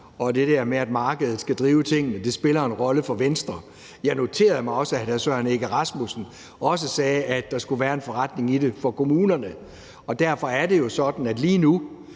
og det der med, at markedet skal drive tingene, spiller en rolle for Venstre, og jeg noterede mig også, at hr. Søren Egge Rasmussen sagde, at der skulle være en forretning i det for kommunerne. Derfor er det jo sådan, at markanlæg,